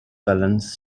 balance